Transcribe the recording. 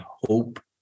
hope